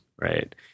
Right